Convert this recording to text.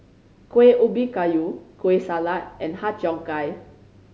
Kueh Ubi Kayu Kueh Salat and Har Cheong Gai